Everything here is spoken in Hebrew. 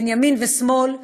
בין ימין ושמאל,